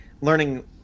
learning